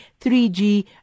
3G